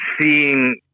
seeing